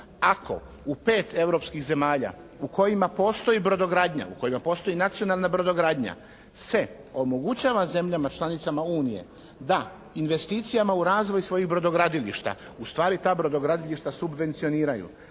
Ako u 5 europskih zemalja u kojima postoji brodogradnja, u kojima postoji nacionalna brodogradnja se omogućava zemljama članicama Unije da investicijama u razvoj svojih brodogradilišta, ustvari da brodogradilišta subvencioniraju,